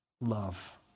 Love